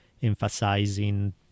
Emphasizing